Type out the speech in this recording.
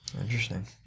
Interesting